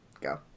Go